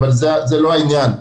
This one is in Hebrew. אבל זה לא העניין.